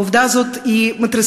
העובדה הזאת מתריסה.